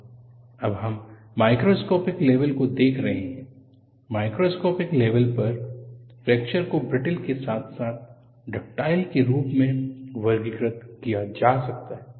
अब हम microscopic level को देख रहे हैं माइक्रोस्कोपिक लेवल पर फ्रैक्चर को ब्रिटल के साथ साथ डक्टाइल के रूप में वर्गीकृत किया जा सकता है